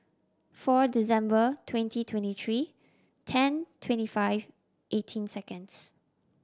four December twenty twenty three ten twenty five eighteen seconds